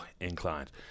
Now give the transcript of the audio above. inclined